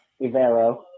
Ivero